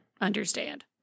understand